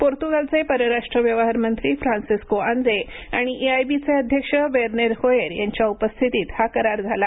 पोर्त्गालचे परराष्ट्र व्यवहार मंत्री फ्रान्सिस्को आंद्रे आणि इआयबीचे अध्यक्ष वेर्नेर होयेर यांच्या उपस्थितीत हा करार झाला